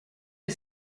est